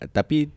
Tapi